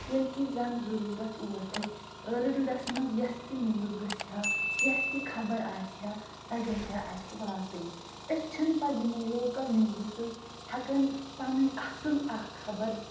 ییٚلہِ کہِ زَن ضٔروٗرَتھ اوس اَسہِ رٔلڈَس منٛز یۄس تہِ نِوٕز گژھِ ہہ یۄس تہِ خبر آسہِ ہہ سۄ گژھِ ہہ اَسہِ واتٕنۍ اَسہِ چھِنہٕ پتہٕ یِمو لوکَل نِوٕزٕ سۭتۍ ہٮ۪کان پَنٕنۍ اَصٕل اَکھ خبر